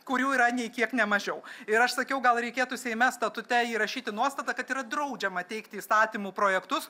kurių yra nei kiek ne mažiau ir aš sakiau gal reikėtų seime statute įrašyti nuostatą kad yra draudžiama teikti įstatymų projektus